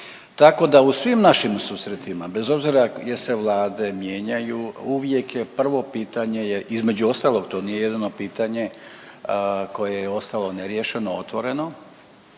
Tako da u svim našim susretima, bez obzira jel se vlade mijenjaju uvijek je prvo pitanje je između ostalog to nije jedino pitanje koje je ostalo neriješeno otvoreno,